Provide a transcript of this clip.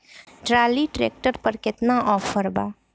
Trolley tractor पर केतना offer बा?